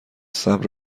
صبر